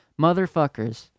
motherfuckers